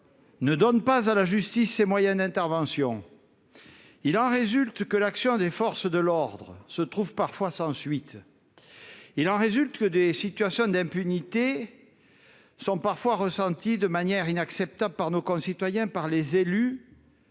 ne donne pas à la justice ses moyens d'intervention. Il en résulte que l'action des forces de l'ordre se trouve parfois sans suite et que des situations d'impunité peuvent être ressenties de manière inacceptable par certains de nos concitoyens, par les élus